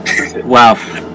Wow